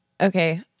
Okay